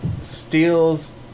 steals